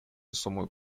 весомую